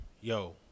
Yo